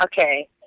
Okay